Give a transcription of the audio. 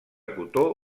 cotó